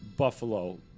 Buffalo